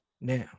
now